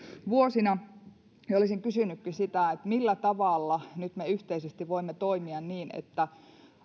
vuosina olisin kysynytkin millä tavalla nyt me yhteisesti voimme toimia niin että